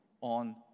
on